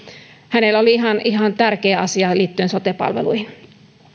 hänellä oli ihan ihan tärkeää asiaa liittyen sote palveluihin